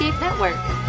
network